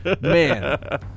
Man